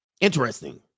interesting